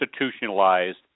institutionalized